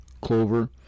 clover